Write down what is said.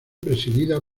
presidida